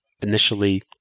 initially